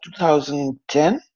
2010